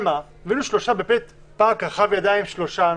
היינו שלושה, באמת פארק רחב ידיים עם שלושה אנשים.